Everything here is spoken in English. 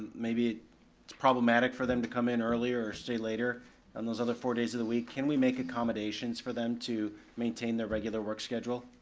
maybe it's problematic for them to come in earlier or stay later on those other four days of the week, can we make accommodations for them to maintain their regular work schedule?